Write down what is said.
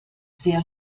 sehr